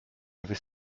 avait